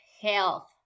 health